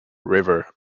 river